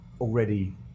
already